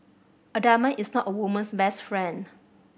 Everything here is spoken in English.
a diamond is not a woman's best friend